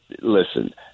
Listen